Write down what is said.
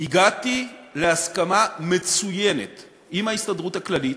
הגעתי להסכמה מצוינת עם ההסתדרות הכללית,